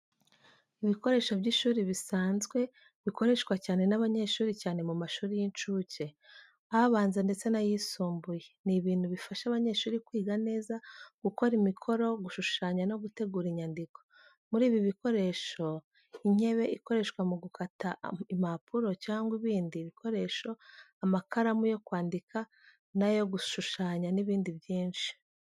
Ibikoresho by’ishuri bisanzwe bikoreshwa cyane n’abanyeshuri cyane mu mashuri y'incuke, abanza ndetse n’ayisumbuye. Ni ibintu bifasha abanyeshuri kwiga neza gukora imikoro gushushanya no gutegura inyandiko. Muri ibi bikoresho, inkebe ikoreshwa mu gukata impapuro cyangwa ibindi bikoresho, amakaramu yo kwandika na yo gushushanya n'ibindi byinshi.